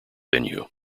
venue